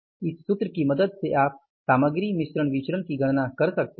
इस सूत्र की मदद से आप सामग्री मिश्रण विचरण की गणना कर सकते हैं